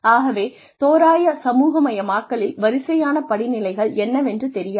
ஆகவே தோராய சமூகமயமாக்கலில் வரிசையான படிநிலைகள் என்னவென்று தெரியாது